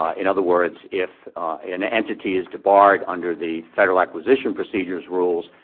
ah in other words, if an entity is debarred under the federal acquisition procedures rules,